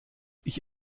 ich